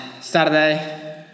Saturday